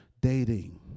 dating